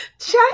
Check